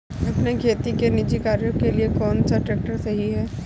अपने खेती के निजी कार्यों के लिए कौन सा ट्रैक्टर सही है?